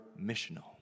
missional